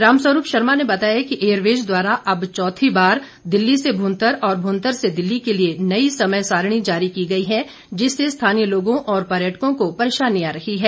रामस्वरूप शर्मा ने बताया कि एयरवेज द्वारा अब चौथी बार दिल्ली से भूंतर और भूंतर से दिल्ली के लिए नई समय सारिणी जारी की गई है जिससे स्थानीय लोगों और पर्यटकों को परेशानी आ रही है